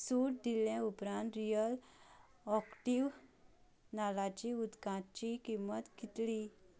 सूट दिले उपरांत रियल ऑक्टीव नाल्लाच्या उदकाची किंमत कितली